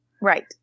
Right